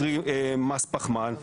קרי מס פחמן.